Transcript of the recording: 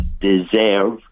deserve